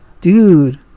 Dude